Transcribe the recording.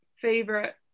favorite